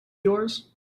yours